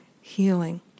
healing